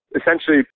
essentially